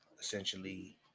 essentially